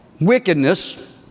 wickedness